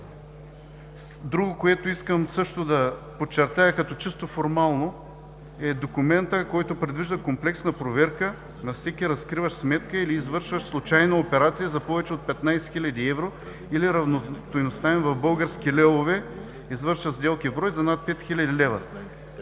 Друго, което искам също да подчертая. Чисто формален е документът, който предвижда комплексна проверка на всеки разкриващ сметка или извършващ случайно операция за повече от 15 хил. евро, или равностойността им в български левове и извършва сделки в брой за над 5 хил. лв.